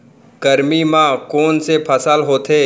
गरमी मा कोन से फसल होथे?